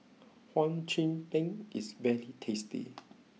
Hum Chim Peng is very tasty